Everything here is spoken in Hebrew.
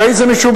הרי זה משובח,